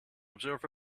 observe